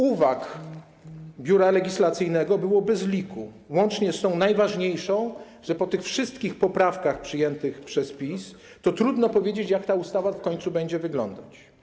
Uwag Biura Legislacyjnego było bez liku, łącznie z tą najważniejszą, że po tych wszystkich poprawkach przyjętych przez PiS trudno powiedzieć, jak ta ustawa w końcu będzie wyglądać.